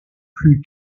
plus